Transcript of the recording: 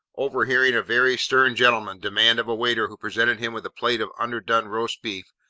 overhearing a very stern gentleman demand of a waiter who presented him with a plate of underdone roast-beef,